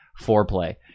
foreplay